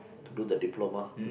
to do the diploma